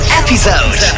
episode